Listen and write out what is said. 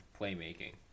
playmaking